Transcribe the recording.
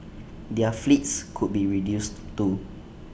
their fleets could be reduced too